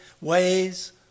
ways